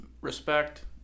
respect